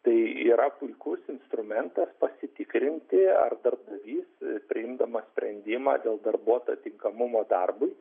tai yra puikus instrumentas pasitikrinti ar darbdavys priimdamas sprendimą dėl darbuotojo tinkamumo darbui